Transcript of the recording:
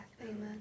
Amen